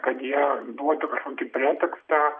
kad jie duotų kažkokį pretekstą